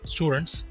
Students